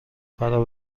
فرا